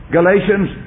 Galatians